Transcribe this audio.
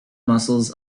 muscles